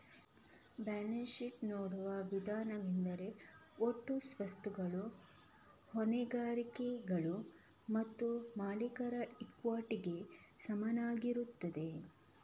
balance sheet ನೋಡುವ ವಿಧಾನವೆಂದರೆ ಒಟ್ಟು ಸ್ವತ್ತುಗಳು ಹೊಣೆಗಾರಿಕೆಗಳು ಮತ್ತು ಮಾಲೀಕರ ಇಕ್ವಿಟಿಗೆ ಸಮನಾಗಿರುತ್ತದೆ